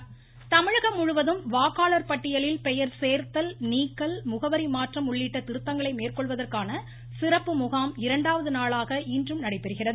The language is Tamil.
வாக்காளர் முகாம் வாய்ஸ் தமிழகம் முழுவதும் வாக்காளர் பட்டியலில் பெயர் சேர்த்தல் நீக்கல் முகவரி மாற்றம் உள்ளிட்ட திருத்தங்களை மேற்கொள்வதற்கான சிறப்பு முகாம் இரண்டாவது நாளாக இன்றும் நடைபெறுகிறது